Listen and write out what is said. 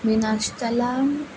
मी नाश्त्याला